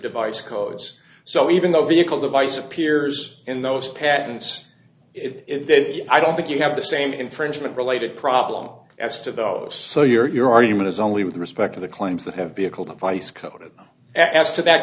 device codes so even though vehicle device appears in those patents it then i don't think you have the same infringement related problem as to those so your your argument is only with respect to the claims that have vehicle device